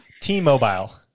T-Mobile